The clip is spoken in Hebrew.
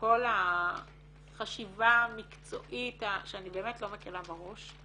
לכל החשיבה המקצועית, שאני באמת לא מקלה בה ראש,